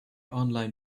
online